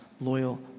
loyal